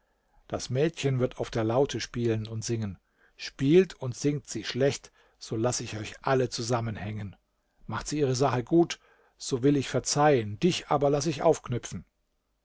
das mädchen wird auf der laute spielen und singen spielt und singt sie schlecht so lass ich euch alle zusammen hängen macht sie ihre sache gut so will ich verzeihen dich aber lass ich aufknüpfen